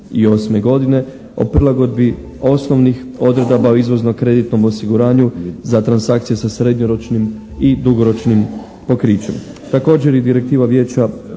iz '98. godine o prilagodbi osnovnih odredaba o izvozno kreditnom osiguranju za transakcije sa srednjoročnim i dugoročnim pokrićem. Također i direktiva Vijeća